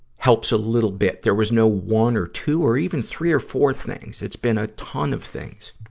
helps a little bit. there was no one or two or even three or four things. it's been a ton of things.